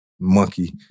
Monkey